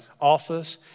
office